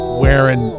wearing